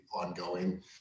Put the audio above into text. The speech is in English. ongoing